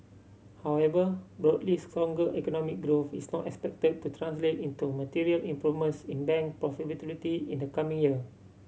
however broadly stronger economic growth is not expected to translate into material improvements in bank profitability in the coming year